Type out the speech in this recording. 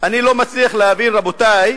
אני לא מצליח להבין, רבותי,